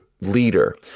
leader